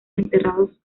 enterrados